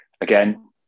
again